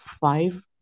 five